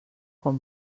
com